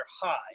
high